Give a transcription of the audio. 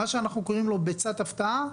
מה שאנחנו קוראים לו ביצת הפתעה,